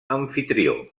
amfitrió